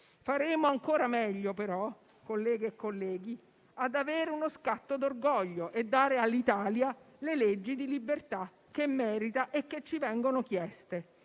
Faremmo ancora meglio però, colleghe e colleghi, ad avere uno scatto d'orgoglio e a dare all'Italia le leggi di libertà che merita e che ci vengono chieste: